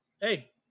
hey